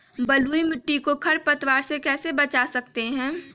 बलुई मिट्टी को खर पतवार से कैसे बच्चा सकते हैँ?